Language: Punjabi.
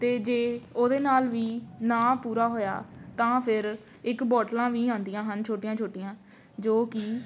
ਅਤੇ ਜੇ ਉਹਦੇ ਨਾਲ਼ ਵੀ ਨਾ ਪੂਰਾ ਹੋਇਆ ਤਾਂ ਫਿਰ ਇੱਕ ਬੋਟਲਾਂ ਵੀ ਆਉਂਦੀਆਂ ਹਨ ਛੋਟੀਆਂ ਛੋਟੀਆਂ ਜੋ ਕਿ